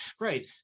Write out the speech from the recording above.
right